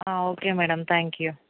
okay madam thank you